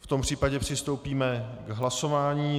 V tom případě přistoupíme k hlasování.